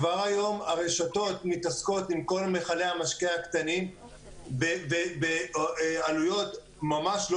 כבר היום הרשתות מתעסקות עם כל מיכלי המשקה הקטנים בעלויות ממש לא